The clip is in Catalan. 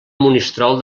monistrol